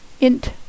int